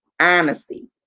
honesty